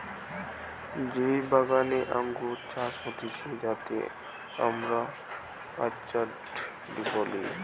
যেই বাগানে আঙ্গুর চাষ হতিছে যাতে আমরা অর্চার্ড বলি